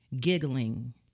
Giggling